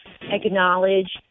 acknowledge